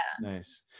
Nice